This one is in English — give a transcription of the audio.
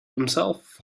himself